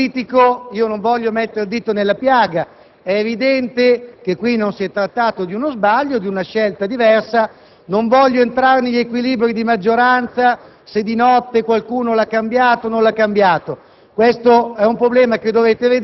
Dal punto di vista politico, non voglio mettere il dito nella piaga: è evidente che non si è trattato di uno sbaglio, ma di una scelta diversa. Non voglio entrare negli equilibri di maggioranza e chiedermi se di notte qualcuno ha cambiato il testo.